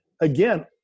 again